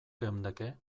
geundeke